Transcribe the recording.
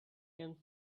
can